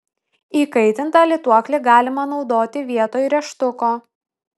įkaitintą lituoklį galima naudoti vietoj rėžtuko